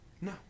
No